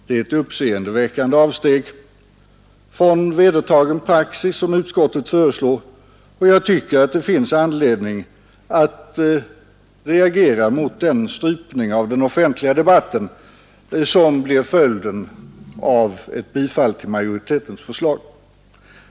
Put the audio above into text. Det är ett uppseendeväckande avsteg från vedertagen praxis som utskottet föreslår, och jag tycker att det finns anledning att reagera mot den strypning av den offentliga debatten som blir följden av ett bifall till majoritetens förslag.